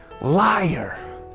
liar